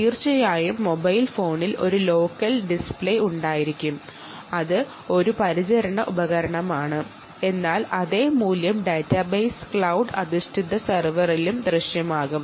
തീർച്ചയായും മൊബൈൽ ഫോണിൽ ഒരു ലോക്കൽ ഡിസ്പ്ലേ ഉണ്ടായിരിക്കണം അത് ഒരു പരിചരണ ഉപകരണമാണ് എന്നാൽ അതേ വാല്യു ഡാറ്റാബേസ് ക്ലൌഡ് അധിഷ്ഠിത സെർവറിലും ദൃശ്യമാകും